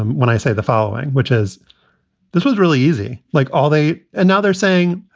and when i say the following, which is this was really easy. like all they. and now they're saying,